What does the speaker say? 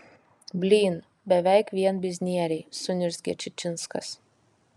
blyn beveik vien biznieriai suniurzgė čičinskas